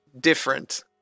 different